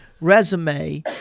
resume